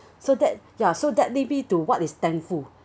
so that ya so that lead it to what is thankful